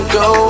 go